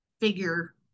figure